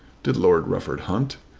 did lord rufford hunt?